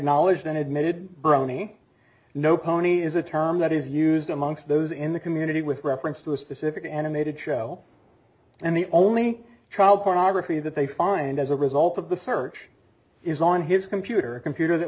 acknowledged and admitted boney no pony is a term that is used amongst those in the community with reference to a specific animated show and the only child pornography that they find as a result of the search is on his computer computer that